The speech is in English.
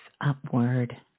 upward